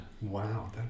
Wow